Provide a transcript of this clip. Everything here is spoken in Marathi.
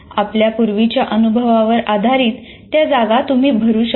आपल्या पूर्वीच्या अनुभवावर आधारित त्या जागा तुम्ही भरू शकता